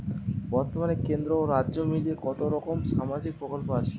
বতর্মানে কেন্দ্র ও রাজ্য মিলিয়ে কতরকম সামাজিক প্রকল্প আছে?